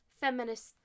feminist